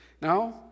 Now